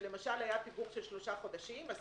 שלמשל היה פיגור של שלושה חודשים אז